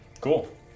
Cool